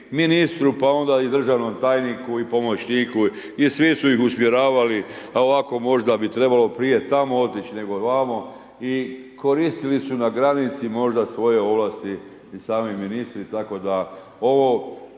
ministru, pa onda i državnom tajniku, i pomoćniku i svi su ih usmjeravali, a ovako možda bi trebalo prije tamo otići nego ovamo i koristili su na granici možda svoje ovlasti i sami ministri. Tako da ovo